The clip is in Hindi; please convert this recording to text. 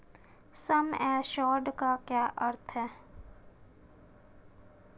सम एश्योर्ड का क्या अर्थ है?